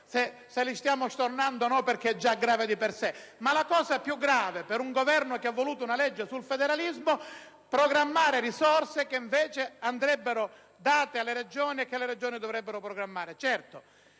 che li stiamo stornando o no, che è già grave di per sé: la cosa più grave per un Governo che ha voluto una legge sul federalismo è programmare risorse che invece andrebbero date alle Regioni e che le stesse Regioni dovrebbero programmare.